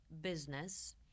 business